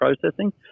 processing